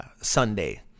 Sunday